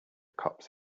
cops